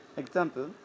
example